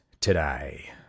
today